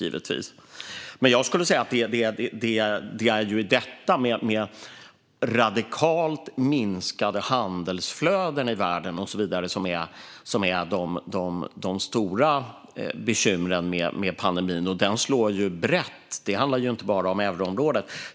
Jag skulle alltså säga att det är dessa radikalt minskade handelsflöden i världen och så vidare som är de stora bekymren med pandemin, och det slår ju brett. Det handlar inte bara om euroområdet.